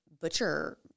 butcher